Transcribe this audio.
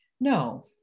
No